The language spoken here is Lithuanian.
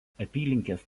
apylinkės